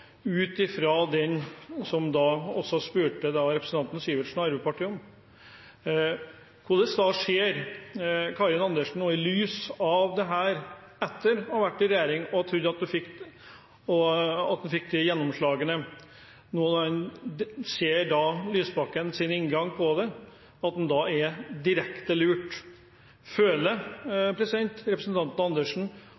ut ifra det som også representanten Sivertsen og Arbeiderpartiet ble spurt om, hvordan Karin Andersen i lys av det ser på dette, etter å ha vært i regjering og trodd at en fikk disse gjennomslagene, og nå ser Lysbakkens inngang og da er direkte lurt.